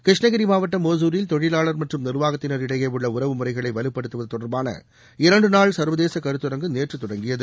கிருஷ்ணகிரி மாவட்டம் ஒகுரில் தொழிலாளர் மற்றும் நிர்வாகத்தினர் இடையே உள்ள உறவு முறைகளை வலுபடுத்துவது தொடர்பான இரண்டு நாள் சர்வதேச கருத்தரங்கு நேற்று தொடங்கியது